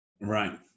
Right